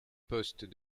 postes